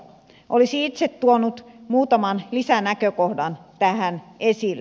olisin itse tuonut muutaman lisänäkökohdan tähän esille